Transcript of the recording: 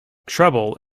trouble